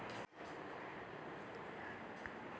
Seeds పొలాలను ఏ విధంగా దులపాలి?